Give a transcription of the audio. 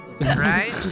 Right